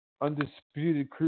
undisputed